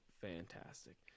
fantastic